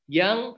yang